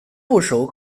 部首